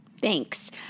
Thanks